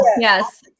Yes